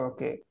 Okay